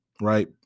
Right